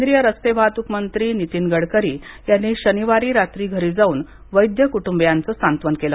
केंद्रीय रस्ते वाहतूक मंत्री नितीन गडकरी यांनी शनिवारी रात्री घरी जाऊन वैद्य कुटुंबीयांचे सात्वन केलं